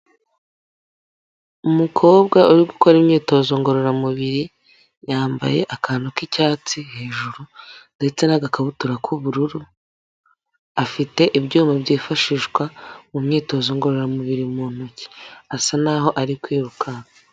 Umukobwa uri gukora imyitozo ngororamubiri, yambaye akantu k'icyatsi hejuru ndetse n'agakabutura k'ubururu, afite ibyuma byifashishwa mu myitozo ngororamubiri mu ntoki asa naho ari kwiruka.